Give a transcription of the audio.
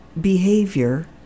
behavior